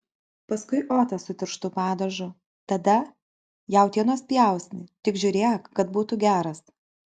paskui otą su tirštu padažu tada jautienos pjausnį tik žiūrėk kad būtų geras